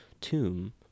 tomb